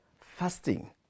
fasting